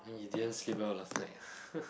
and you didn't sleep well last night